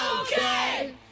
Okay